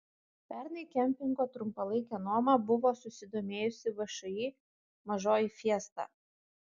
pernai kempingo trumpalaike nuoma buvo susidomėjusi všį mažoji fiesta